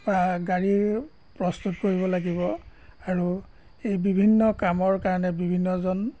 গাড়ীৰ প্ৰস্তুত কৰিব লাগিব আৰু এই বিভিন্ন কামৰ কাৰণে বিভিন্নজন